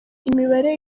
imibare